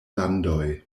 landoj